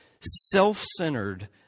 self-centered